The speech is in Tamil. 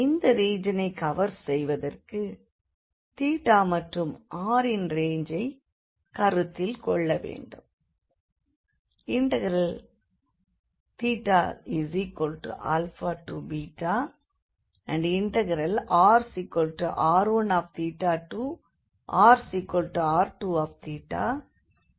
அந்த ரீஜனை கவர் செய்வதற்கு மற்றும் rன் ரேஞ்சைக் கருத்தில் கொள்ள வேண்டும்